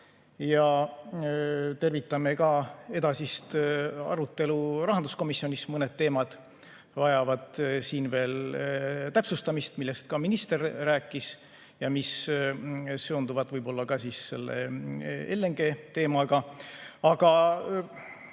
ja tervitame ka edasist arutelu rahanduskomisjonis. Mõned teemad vajavad veel täpsustamist, millest ka minister rääkis ja mis seonduvad võib-olla ka selle LNG-teemaga. Ma